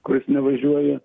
kuris nevažiuoja